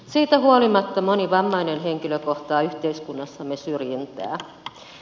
siitä huolimatta moni vammainen henkilö kohtaa yhteiskunnassamme syrjintää